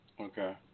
Okay